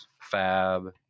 Fab